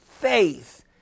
faith